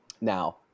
Now